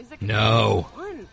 No